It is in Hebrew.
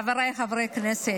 חבריי חברי הכנסת,